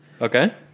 Okay